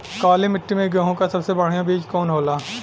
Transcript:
काली मिट्टी में गेहूँक सबसे बढ़िया बीज कवन होला?